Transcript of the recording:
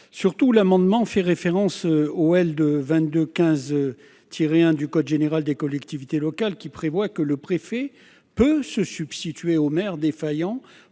Surtout, l'amendement fait référence à l'article L. 2215-1 du code général des collectivités locales, qui prévoit que le préfet peut se substituer aux maires défaillants